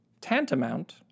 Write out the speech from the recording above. Tantamount